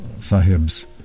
Sahib's